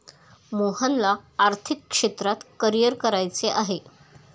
मोहनला आर्थिक क्षेत्रात करिअर करायचे आहे